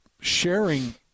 sharing